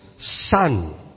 Son